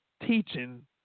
Teaching